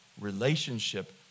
relationship